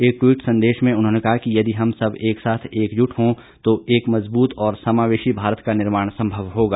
एक ट्वीट संदेश में उन्होंने कहा कि यदि हम सब एक साथ एकजुट हों तो एक मजबूत और समावेशी भारत का निर्माण संभव होगा